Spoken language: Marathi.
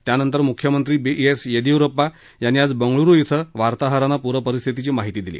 त्यानंतर मुख्यमंत्री बी एस येदीयुरप्पा यांनी आज बंगळुरू क्वे वार्ताहरांना पूरपरिस्थितीची माहिती दिली